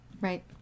right